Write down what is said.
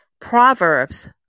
Proverbs